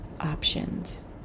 options